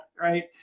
right